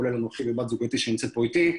כולל אנוכי ובת זוגי שנמצאת פה איתי.